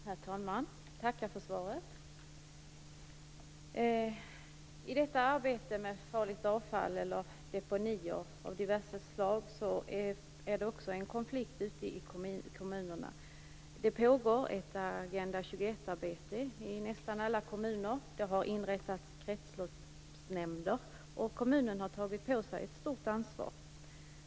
Herr talman! Jag tackar för svaret. I detta arbete med farligt avfall, eller deponier, av diverse slag finns det en konflikt ute i kommunerna. Det pågår ett Agenda 21-arbete i nästan alla kommuner. Det har inrättats kretsloppsnämnder, och kommunerna har tagit på sig ett stort ansvar.